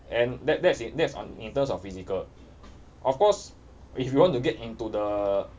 and that that's in that's on in terms of physical of course if you want to get into the